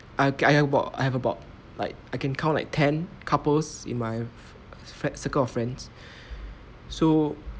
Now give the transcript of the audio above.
oh okay I have about I have about like I can count like ten couples in my circle of friends so